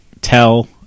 tell